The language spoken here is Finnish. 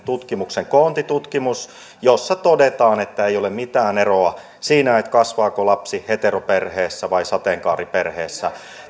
tutkimuksen koontitutkimus jossa todetaan että ei ole mitään eroa siinä kasvaako lapsi heteroperheessä vai sateenkaariperheessä